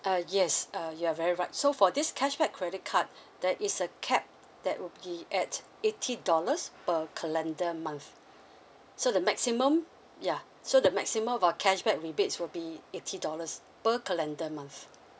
uh yes uh you are very right so for this cashback credit card there is a cap that will be at eighty dollars per calendar month so the maximum ya so the maximum about cashback rebates will be eighty dollars per calendar month